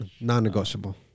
Non-negotiable